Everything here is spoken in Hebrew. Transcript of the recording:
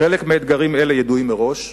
חלק מהאתגרים האלה ידועים מראש,